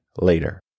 later